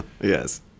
Yes